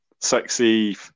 sexy